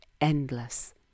endless